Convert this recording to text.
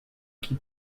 qui